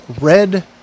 red